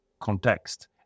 context